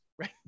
Right